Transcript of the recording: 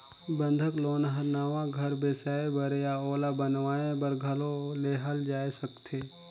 बंधक लोन हर नवा घर बेसाए बर या ओला बनावाये बर घलो लेहल जाय सकथे